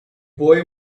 boy